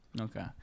okay